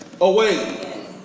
away